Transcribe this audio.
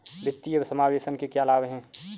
वित्तीय समावेशन के क्या लाभ हैं?